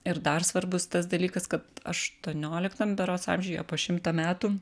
ir dar svarbus tas dalykas kad aštuonioliktam berods amžiuje po šimto metų